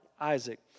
Isaac